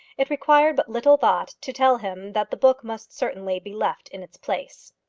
it required but little thought to tell him that the book must certainly be left in its place.